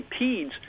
impedes